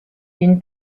une